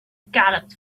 galloped